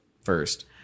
first